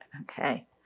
okay